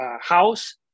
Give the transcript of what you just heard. House